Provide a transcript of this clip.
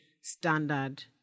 standard